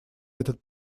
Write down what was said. этот